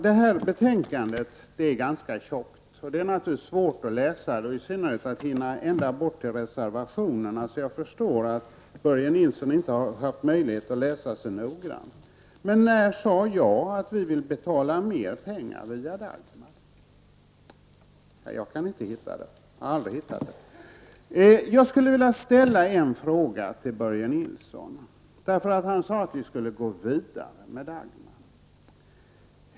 Detta betänkande är ganska tjockt. Det är naturligtvis svårt att läsa det och hinna ända bort till reservationerna. Jag förstår att Börje Nilsson inte haft möjlighet att läsa så noggrant. Men när sade jag att vi ville betala mera pengar via Dagmar? Jag kan inte hitta det. Han sade att man skulle gå vidare med Dagmar.